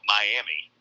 Miami